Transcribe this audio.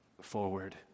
forward